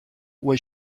was